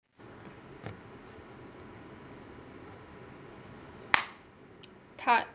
part